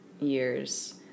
years